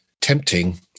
tempting